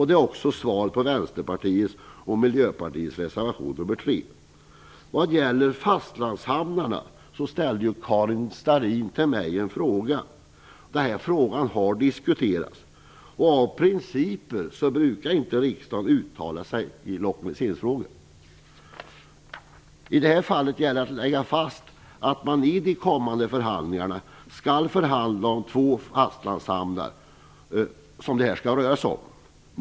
Det är också svar på Vänsterpartiets och Karin Starrin ställde en fråga till mig som gällde fastlandshamnarna. Den frågan har diskuterats. Av princip brukar inte riksdagen uttala sig i lokaliseringsfrågor. I det här fallet gäller det att lägga fast att man i de kommande förhandlingarna skall förhandla om två fastlandshamnar.